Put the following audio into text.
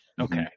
Okay